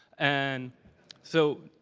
and so,